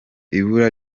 ibura